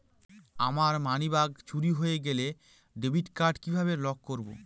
আমার মানিব্যাগ চুরি হয়ে গেলে ডেবিট কার্ড কিভাবে লক করব?